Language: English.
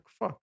fuck